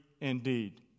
indeed